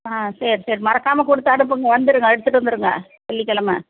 ஆ சரி சரி மறக்காமல் கொடுத்து அனுப்புங்கள் வந்துடுங்க எடுத்துகிட்டு வந்துடுங்க வெள்ளிக்கெழம